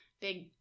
big